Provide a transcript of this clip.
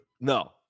No